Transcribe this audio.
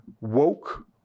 woke